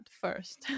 first